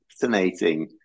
fascinating